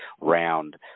round